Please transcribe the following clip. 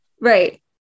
right